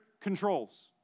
controls